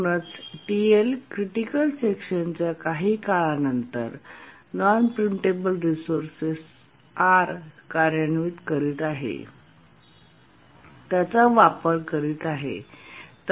म्हणूनच TL critical section च्या काही काळा नंतर non preempt table resources R कार्यान्वित करीत आहे आणि त्याचा वापर करीत आहे